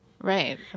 Right